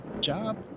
Job